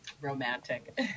romantic